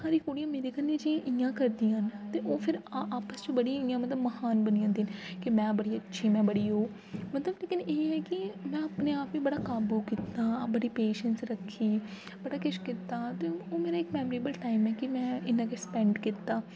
सारी कुड़ियां मेरे कन्नै जे इ'यां करदियां न ते ओह् फेर आ आपस च बड़ी इ'यां महान बनी जंदियां न कि में बड़ी अच्छी आं में बड़ी ओह् मतलब लेकिन एह् ऐ कि में आपने आप गी बड़ा काबू कीता बड़ी पेशेंस रक्खी बड़ा किश कीता ते ओह् मेरा इक मेमोरेबल टाइम ऐ कि में इन्ना किश स्पेंड कीता